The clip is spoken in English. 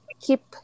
keep